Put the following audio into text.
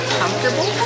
comfortable